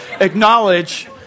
acknowledge